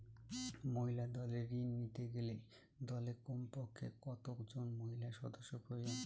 মহিলা দলের ঋণ নিতে গেলে দলে কমপক্ষে কত জন মহিলা সদস্য প্রয়োজন?